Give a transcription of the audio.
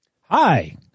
Hi